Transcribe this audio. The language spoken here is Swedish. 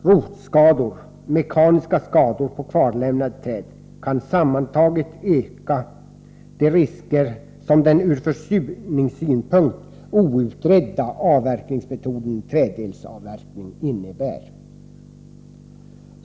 Rotskador och mekaniska skador på kvarlämnade träd kan sammantaget öka de risker som den ur försurningssynpunkt outredda avverkningsmetoden träddelsavverkning innebär.